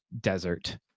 desert